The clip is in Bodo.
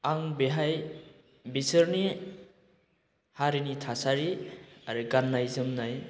आं बेहाय बिसोरनि हारिनि थासारि आरो गान्नाय जोमनाय